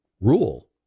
rule